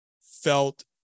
felt